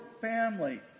family